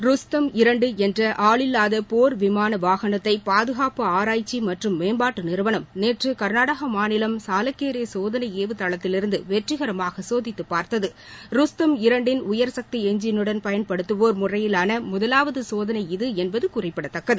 ருஸ்தம் இரண்டு என்ற ஆளில்லாத போர் விமான வாகனத்தை பாதுகாப்பு ஆராய்ச்சி மற்றும் மேம்பாட்டு நிறுவனம் நேற்று கர்நாடக மாநிலம் சாலக்கேரே சோதளை ஏவு தளத்திலிருந்து வெற்றிகரமாக சோதித்து பார்த்தது ருஸ்தம் இரண்டின் உயர்சக்தி எஞ்சினுடன் பயன்படுத்தவோா் முறையிலான முதலாவது சோதனை இது என்பது குறிப்பிடதக்கது